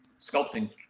sculpting